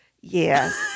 Yes